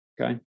okay